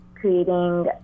creating